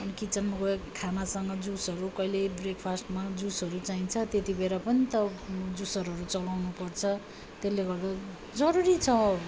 अनि किचनमा गयो खानासँग जुसहरू कहिले ब्रेकफास्टमा जुसहरू चाहिन्छ त्यति बला पनि त जुसरहरू चलाउनु पर्छ त्यसले गर्दा जरुरी छ